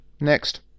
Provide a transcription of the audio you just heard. Next